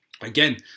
again